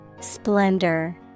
Splendor